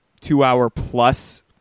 two-hour-plus